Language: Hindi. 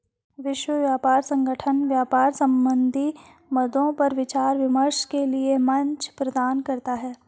विश्व व्यापार संगठन व्यापार संबंधी मद्दों पर विचार विमर्श के लिये मंच प्रदान करता है